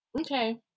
Okay